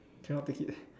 cannot take it